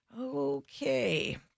Okay